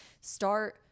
Start